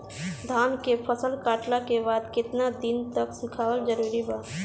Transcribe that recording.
धान के फसल कटला के बाद केतना दिन तक सुखावल जरूरी बा?